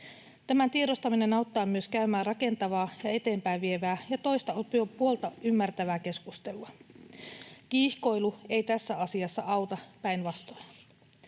Tämän tiedostaminen auttaa myös käymään rakentavaa ja eteenpäin vievää ja toista puolta ymmärtävää keskustelua. Kiihkoilu ei tässä asiassa auta, päinvastoin.